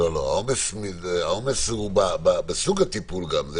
העומס הוא בסוג הטיפול גם.